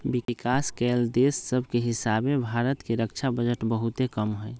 विकास कएल देश सभके हीसाबे भारत के रक्षा बजट बहुते कम हइ